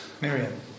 Miriam